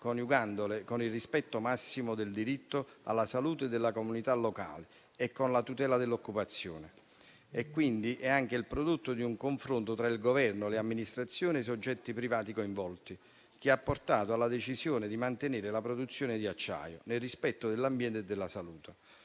coniugandole con il rispetto massimo del diritto alla salute della comunità locale e con la tutela dell'occupazione. Il provvedimento è quindi anche il prodotto di un confronto tra il Governo, le amministrazioni e i soggetti privati coinvolti, che ha portato alla decisione di mantenere la produzione di acciaio nel rispetto dell'ambiente e della salute.